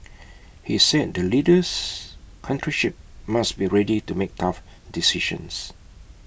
he said the leader's country ship must be ready to make tough decisions